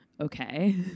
okay